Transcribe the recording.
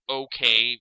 okay